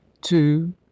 Two